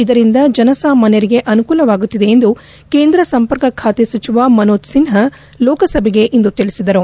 ಇದರಿಂದ ಜನ ಸಮಾನ್ನರಿಗೆ ಅನುಕೂಲವಾಗುತ್ತಿದೆ ಎಂದು ಕೇಂದ್ರ ಸಂಪರ್ಕ ಖಾತೆ ಸಚಿವ ಮನೋಜ್ ಸಿಹ್ನಾ ಲೋಕಸಭೆಗೆ ಇಂದು ತಿಳಿಸಿದರು